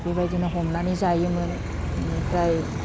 बेबायदिनो हमनानै जायोमोन बेनिफ्राय